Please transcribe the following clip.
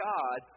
God